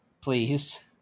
please